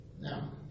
Now